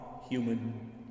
human